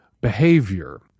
behavior